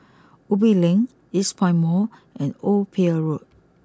Ubi Link Eastpoint Mall and Old Pier Road